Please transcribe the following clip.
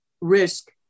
risk